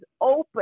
open